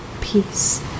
peace